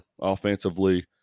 offensively